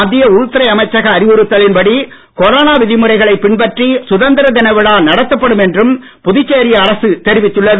மத்திய உள்துறை அமைச்சக அறிவுறுத்தலின்படி கொரோனா விதிமுறைகளை பின்பற்றி சுதந்திர தின விழா நடத்தப்படும் என்றும் புதுச்சேரி அரசு தெரிவித்துள்ளது